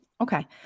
Okay